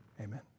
Amen